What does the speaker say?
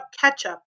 ketchup